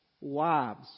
Wives